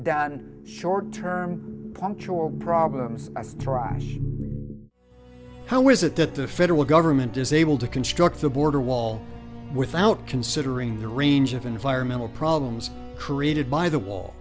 than short term punctual problems how is it that the federal government is able to construct the border wall without considering the range of environmental problems created by the wa